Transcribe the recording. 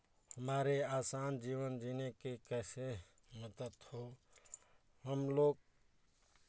हमारे आसान जीवन जीने के कैसे मदद हो हम लोग